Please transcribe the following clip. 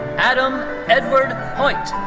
adam edward hoyt.